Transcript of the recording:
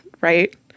right